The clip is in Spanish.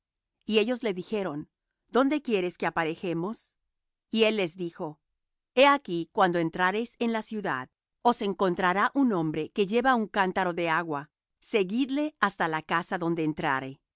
y ellos le dijeron dónde quieres que aparejemos y él les dijo he aquí cuando entrareis en la ciudad os encontrará un hombre que lleva un cántaro de agua seguidle hasta la casa donde entrare